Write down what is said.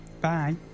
Bye